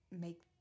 make